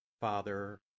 Father